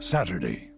Saturday